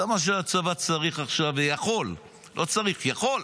זה מה שהצבא צריך עכשיו ויכול, לא צריך, יכול.